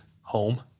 home